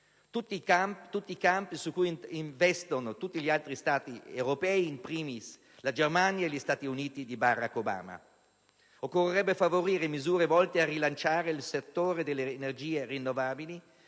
Tutti campi su cui investono tutti gli altri Paesi europei, *in primis* la Germania, e gli Stati Uniti di Barack Obama. Occorrerebbe favorire misure volte a rilanciare il settore delle energie rinnovabili,